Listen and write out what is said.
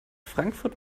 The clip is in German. frankfurt